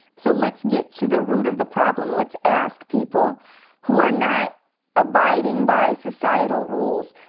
so let's get to the root of the problem. let's ask people who are not abiding by societal rules,